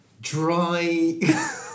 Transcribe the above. dry